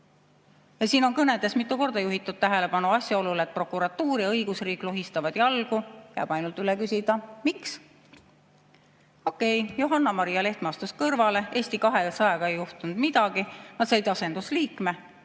on kõnedes mitu korda juhitud tähelepanu asjaolule, et prokuratuur ja õigusriik lohistavad jalgu. Jääb ainult üle küsida: miks? Okei, Johanna-Maria Lehtme astus kõrvale, Eesti 200‑ga ei juhtunud midagi, nad said asendusliikme.